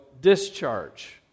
discharge